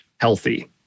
healthy